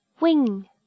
wing